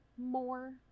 more